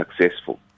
successful